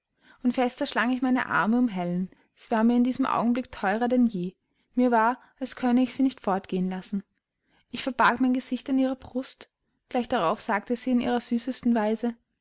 und fester schlang ich meine arme um helen sie war mir in diesem augenblick teurer denn je mir war als könne ich sie nicht fortgehen lassen ich verbarg mein gesicht an ihrer brust gleich darauf sagte sie in ihrer süßesten weise